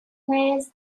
players